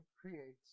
creates